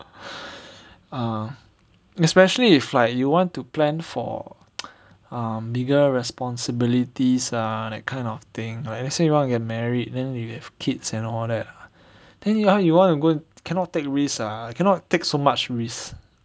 err especially if like you want to plan for um legal responsibilities ah that kind of thing right let's say you want to get married then you have kids and all that then you you want to go cannot take risk ah cannot take so much risk